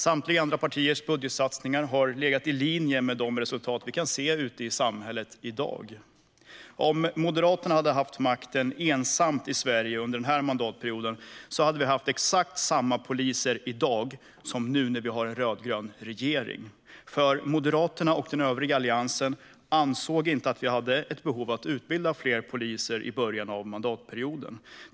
Samtliga andra partiers budgetsatsningar har legat i linje med de resultat vi kan se i samhället i dag. Om Moderaterna hade haft ensam makt i Sverige under den här mandatperioden hade vi haft exakt samma antal poliser som nu när vi har en rödgrön regering. Moderaterna och övriga i Alliansen ansåg nämligen inte att det fanns ett behov av att utbilda fler poliser i början av mandatperioden.